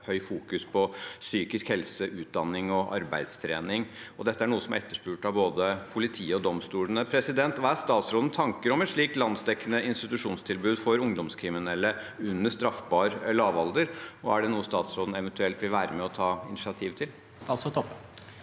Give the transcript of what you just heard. fokus på psykisk helse, utdanning og arbeidstrening. Dette er noe som er etterspurt av både politiet og domstolene. Hva er statsrådens tanker om et slikt landsdekkende institusjonstilbud for ungdomskriminelle under straffbar lavalder, og er det noe statsråden eventuelt vil være med og ta initiativ til?